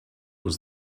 was